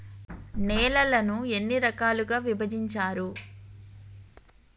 నేలలను ఎన్ని రకాలుగా విభజించారు?